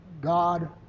God